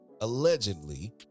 allegedly